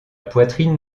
poitrine